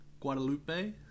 Guadalupe